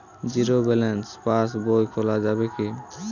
Zero balance পাশ বই খোলা যাবে কি?